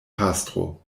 pastro